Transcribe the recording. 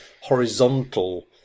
horizontal